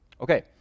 Okay